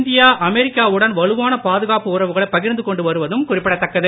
India America வுடன் வலுவான பாதுகாப்பு உறவுகளை பகிர்ந்து கொண்டு வருவதும் குறிப்பிடத்தக்கது